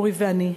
אורי ואני,